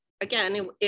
again